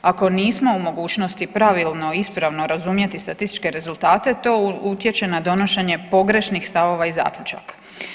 Ako nismo u mogućnosti pravilno i ispravno razumjeti statističke rezultate to utječe na donošenje pogrešnih stavova i zaključaka.